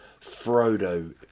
Frodo